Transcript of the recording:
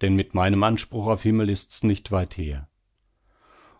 denn mit meinem anspruch auf himmel ist's nicht weit her